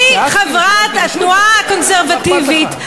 אני חברת התנועה הקונסרבטיבית,